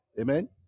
amen